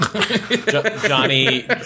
Johnny